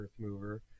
Earthmover